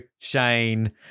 Shane